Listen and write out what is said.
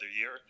year